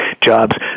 jobs